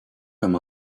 comme